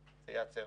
זה ייעצר.